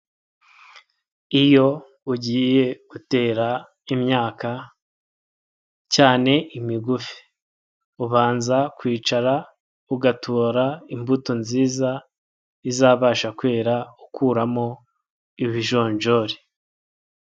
Iyo ugiye gutera imyaka cyane imigufi, ubanza kwicara ugatora imbuto nziza zizabasha kwera ukuramo ibijonjori.